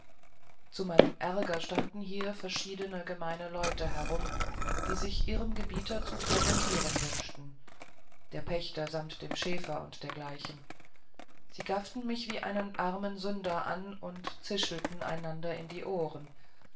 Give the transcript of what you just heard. zu meinem ärger standen hier verschiedene gemeine leute herum die sich ihrem gebieter zu präsentieren wünschten der pächter samt dem schäfer und dergleichen sie gafften mich wie einen armen sünder an und zischelten einander in die ohren